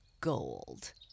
gold